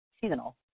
seasonal